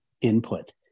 input